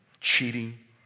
cheating